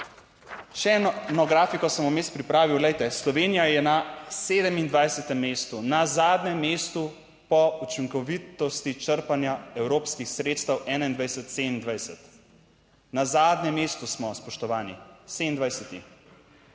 Še eno grafiko sem vmes pripravil, glejte, Slovenija je na 27. mestu, na zadnjem mestu po učinkovitosti črpanja evropskih sredstev 2021-2027, na zadnjem mestu smo, spoštovani, 27.